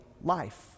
life